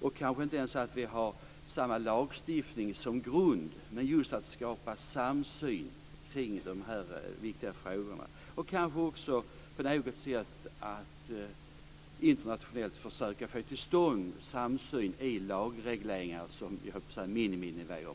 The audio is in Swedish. Vi har kanske inte ens samma lagstiftning som grund, men vi skapar ändå samsyn kring dessa viktiga frågor. Vi ska kanske också på något sätt försöka få till stånd samsyn internationellt vad gäller lagregleringar och miniminivåer.